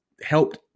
helped